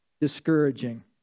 discouraging